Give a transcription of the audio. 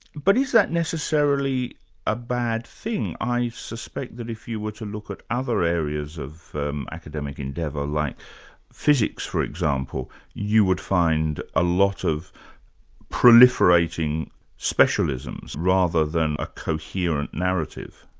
but is that necessarily a bad thing? i suspect that if you were to look at other areas of academic endeavour, like physic for example, you would find a lot of proliferating specialisms rather than a coherent narrative.